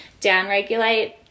downregulate